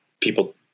people